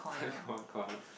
hide one corner